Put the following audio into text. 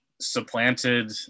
supplanted